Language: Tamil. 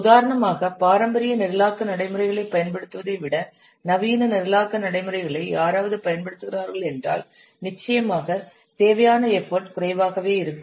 உதாரணமாக பாரம்பரிய நிரலாக்க நடைமுறைகளைப் பயன்படுத்துவதை விட நவீன நிரலாக்க நடைமுறைகளை யாராவது பயன்படுத்துகிறார்கள் என்றால் நிச்சயமாக தேவையான எஃபர்ட் குறைவாகவே இருக்கும்